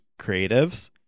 creatives